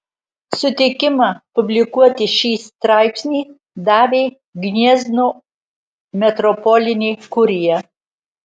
sutikimą publikuoti šį straipsnį davė gniezno metropolinė kurija